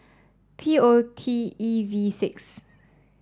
P O T E V six